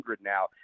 now